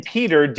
Peter